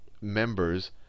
members